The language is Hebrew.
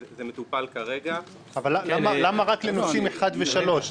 אבל למה רק לנושאים 1 ו-3?